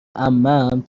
عمم